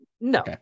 No